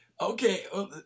Okay